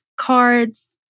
cards